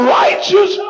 righteous